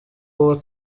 uwo